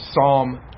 Psalm